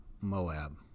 Moab